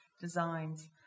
designs